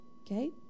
okay